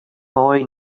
boy